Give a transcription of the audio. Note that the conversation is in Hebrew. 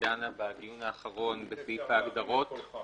דנה בדיון האחרון בסעיף ההגדרות